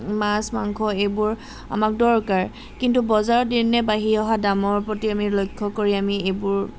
মাছ মাংস এইবোৰ আমাক দৰকাৰ কিন্তু বজাৰৰ দিনে বাঢ়ি অহা দামৰ প্ৰতি আমি লক্ষ্য কৰি আমি এইবোৰ